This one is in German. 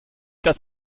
dass